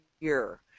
year